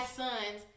sons